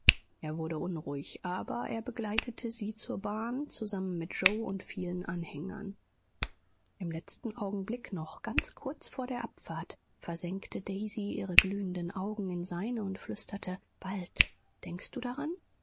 er wurde unruhig aber er begleitete sie zur bahn zusammen mit yoe und vielen anhängern im letzten augenblick noch ganz kurz vor der abfahrt versenkte daisy ihre glühenden augen in seine und flüsterte bald denkst du daran